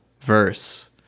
verse